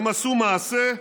הם עשו מעשה,